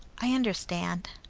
i understand!